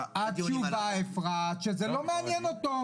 התשובה אפרת, שזה לא מעניין אותו.